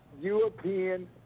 European